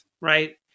right